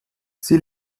sie